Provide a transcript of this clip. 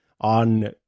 on